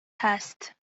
هست